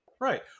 right